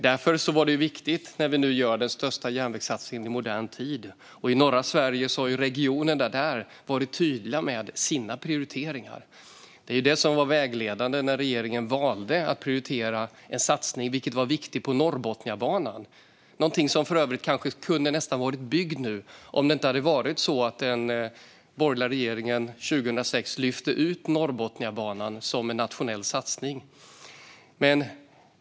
Därför är det viktigt att vi nu gör den största järnvägssatsningen i modern tid. I norra Sverige har regionerna där varit tydliga med sina prioriteringar. Det var vägledande när regeringen valde att prioritera en satsning, vilken var viktig, på Norrbotniabanan. Den kunde för övrigt nästan ha varit byggd nu om det inte var så att den borgerliga regeringen 2006 lyfte ut Norrbotniabanan som en nationell satsning.